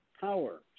power